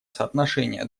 соотношения